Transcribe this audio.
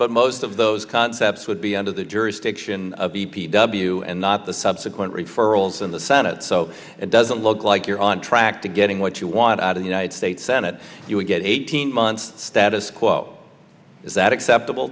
but most of those concepts would be under the jurisdiction of the p w and not the subsequent referrals in the senate so it doesn't look like you're on track to getting what you want out of the united states senate you would get eighteen months status quo is that acceptable